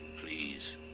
please